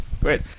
Great